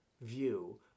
view